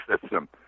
system